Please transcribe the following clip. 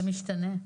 זה משתנה.